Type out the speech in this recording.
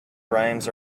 rhymes